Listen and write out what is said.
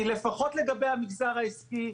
כי לפחות לגבי המגזר העסקי,